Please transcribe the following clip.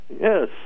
Yes